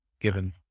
given